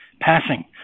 passing